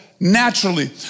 Naturally